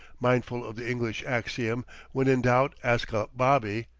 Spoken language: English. mindful of the english axiom when in doubt, ask a bobby.